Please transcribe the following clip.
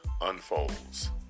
unfolds